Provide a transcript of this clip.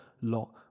lot